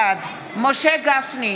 בעד משה גפני,